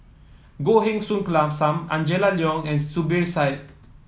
Goh Heng Soon Sam Angela Liong and Zubir Said